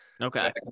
Okay